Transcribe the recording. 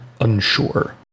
unsure